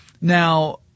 Now